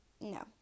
No